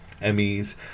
Emmys